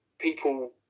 people